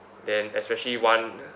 then especially one